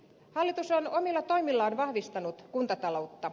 hallitus on omilla toimillaan vahvistanut kuntataloutta